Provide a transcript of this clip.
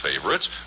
favorites